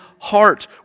heart